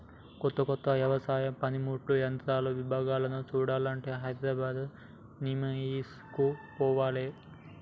కొత్త కొత్త వ్యవసాయ పనిముట్లు యంత్రాల విభాగాలను చూడాలంటే హైదరాబాద్ నిమాయిష్ కు పోవాలే